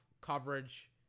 coverage